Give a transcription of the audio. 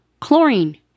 Chlorine